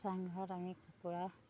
চাংঘৰত আমি কুকুৰা